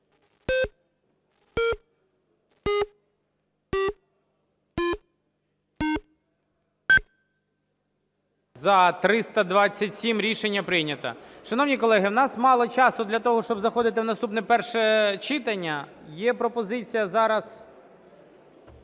За-327 Рішення прийнято. Шановні колеги, у нас мало часу для того, щоб заходити в наступне перше читання. Є пропозиція зараз